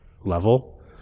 level